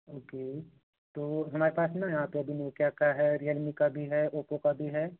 okay तो हमारे पास ना यहाँ पे अभी नोकिया का है रियलमी का भी है ओप्पो का भी है